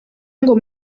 ngo